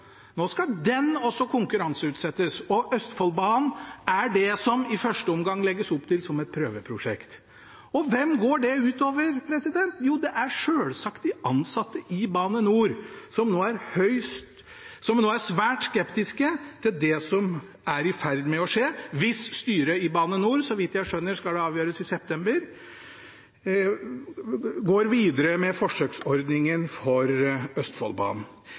nå skal den også konkurranseutsettes. Østfoldbanen er det man i første omgang legger opp til som et prøveprosjekt – og hvem går det ut over? Jo, det er selvsagt de ansatte i Bane NOR, som nå er svært skeptiske til det som er i ferd med å skje, hvis styret i Bane NOR går videre med forsøksordningen for Østfoldbanen. Så vidt jeg skjønner, skal det avgjøres i september.